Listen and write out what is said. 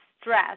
stress